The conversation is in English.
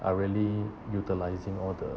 are really utilizing all the